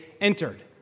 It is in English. entered